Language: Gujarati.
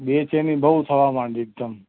બેચેની બહુ થવા માંડી એકદમ